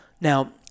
Now